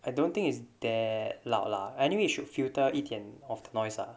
I don't think it's there 老了 anyway should futa 一天 of the noise lah